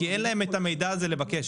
כי אין להם את המידע הזה לבקש.